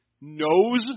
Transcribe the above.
knows